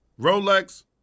Rolex